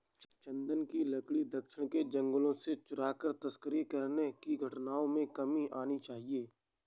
चन्दन की लकड़ी दक्षिण के जंगलों से चुराकर तस्करी करने की घटनाओं में कमी आनी चाहिए